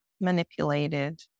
manipulated